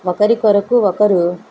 ఒకరి కొరకు ఒకరు